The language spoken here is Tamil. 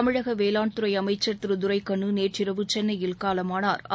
தமிழக வேளாண் துறை அமைச்சா் திரு துரைகண்ணு நேற்றிரவு சென்னையில் காலமானாா்